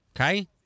Okay